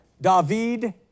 David